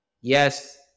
Yes